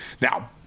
Now